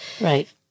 Right